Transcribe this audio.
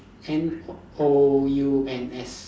N O U N S